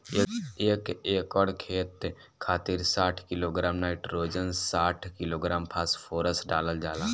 एक एकड़ खेत खातिर साठ किलोग्राम नाइट्रोजन साठ किलोग्राम फास्फोरस डालल जाला?